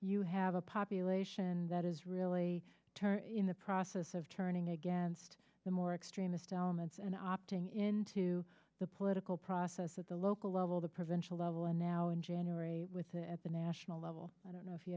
you have a population that is really turned in the process of turning against the more extremist elements and opting into the political process at the local level the provincial level and now in january with the at the national level i don't know if you